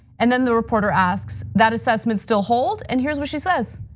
and then the reporter asks, that assessment still hold? and here's what she says,